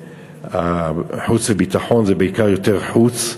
וועדת החוץ והביטחון, זה בעיקר, זה יותר חוץ.